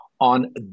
On